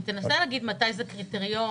תנסה להגיד מתי זה קריטריון,